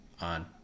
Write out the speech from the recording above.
on